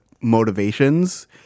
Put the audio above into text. motivations